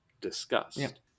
discussed